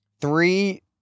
Three